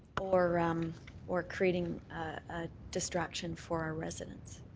or um or creating a distraction for our residents?